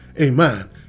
amen